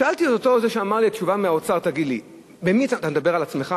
שאלתי את זה מהאוצר שנתן לי את התשובה: אתה מדבר על עצמך?